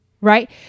Right